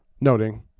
noting